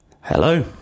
Hello